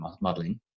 modeling